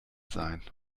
sein